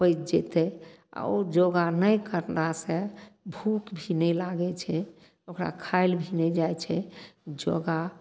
पचि जेतय आओर योगा नहि करलासँ भूख भी नहि लागय छै ओकरा खायल भी नहि जाइ छै योगा